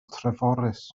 treforys